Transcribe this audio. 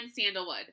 sandalwood